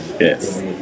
Yes